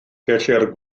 gellir